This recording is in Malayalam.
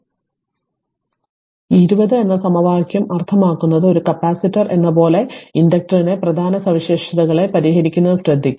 അതിനാൽ 20 എന്ന സമവാക്യം അർത്ഥമാക്കുന്നത് ഒരു കപ്പാസിറ്റർ എന്ന പോലെ തന്നെ ഇൻഡക്റ്ററിന്റെ പ്രധാന സവിശേഷതകളെ പരിഹരിക്കുന്നതു ശ്രദ്ധിക്കാം